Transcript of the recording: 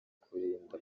kurinda